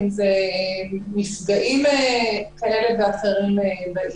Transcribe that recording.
מפגעים כאלה ואחרים.